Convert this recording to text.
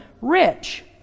rich